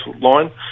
line